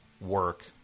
work